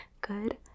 good